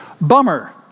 Bummer